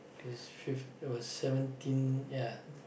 it was fifth it was seventeen ya